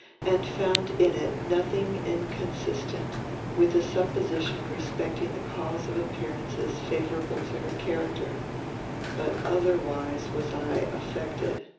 and found in it nothing inconsistent with a supposition respecting the cause of appearances favourable to her character but otherwise was i affected.